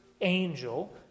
angel